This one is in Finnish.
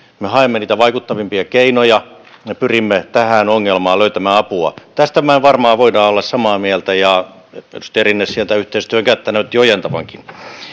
me haemme niitä vaikuttavimpia keinoja me pyrimme tähän ongelmaan löytämään apua tästä me varmaan voimme olla samaa mieltä ja edustaja rinne sieltä yhteistyön kättä näytti ojentavankin